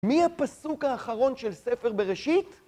מהפסוק האחרון של ספר בראשית...